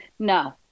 no